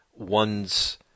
one's